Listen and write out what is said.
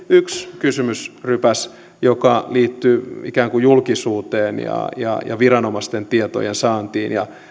yksi kysymysrypäs joka liittyy ikään kuin julkisuuteen viranomaisten tietojen saantiin ja